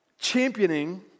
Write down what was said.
championing